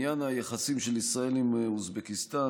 לעניין היחסים של ישראל עם אוזבקיסטן,